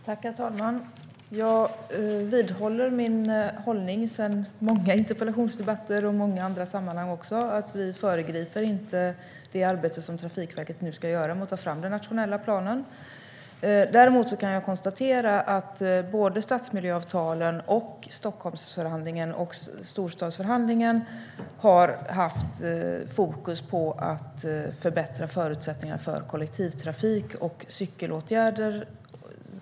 Herr talman! Jag vidhåller min uppfattning sedan många interpellationsdebatter och i många andra sammanhang att vi inte föregriper det arbete som Trafikverket nu ska göra med att ta fram den nationella planen. Däremot konstaterar jag att stadsmiljöavtalen, Stockholmsförhandlingen och storstadsförhandlingen har haft fokus på att förbättra förutsättningarna för kollektivtrafik och cykelåtgärder.